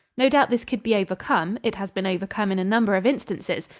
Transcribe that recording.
no doubt this could be overcome it has been overcome in a number of instances,